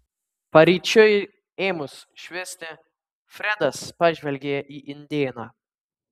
paryčiui ėmus švisti fredas pažvelgė į indėną